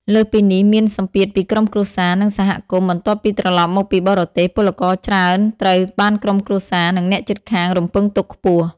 លើសពីនេះមានសម្ពាធពីក្រុមគ្រួសារ និងសហគមន៍ បន្ទាប់ពីត្រឡប់មកពីបរទេស ពលករច្រើនត្រូវបានក្រុមគ្រួសារ និងអ្នកជិតខាងរំពឹងទុកខ្ពស់។